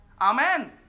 Amen